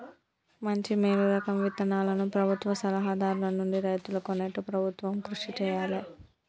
మంచి మేలు రకం విత్తనాలను ప్రభుత్వ సలహా దారుల నుండి రైతులు కొనేట్టు ప్రభుత్వం కృషి చేయాలే